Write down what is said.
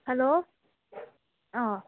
hello